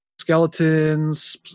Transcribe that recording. Skeletons